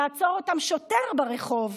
יעצור אותם שוטר ברחוב,